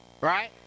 right